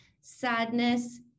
sadness